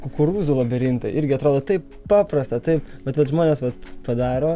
kukurūzų labirintai irgi atrodo taip paprasta taip bet vat žmonės vat padaro